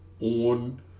on